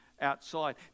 outside